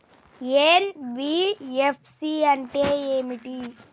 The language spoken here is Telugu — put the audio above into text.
ఎన్.బి.ఎఫ్.సి అంటే ఏమిటి?